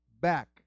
back